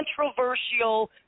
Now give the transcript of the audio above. controversial